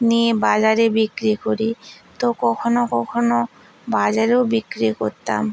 নিয়ে বাজারে বিক্রি করি তো কখনো কখনো বাজারেও বিক্রি করতাম